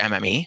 MME